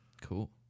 Cool